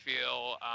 feel